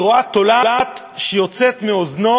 היא רואה תולעת שיוצאת מאוזנו